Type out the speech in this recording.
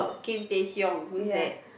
Kim Tae Hyung who's that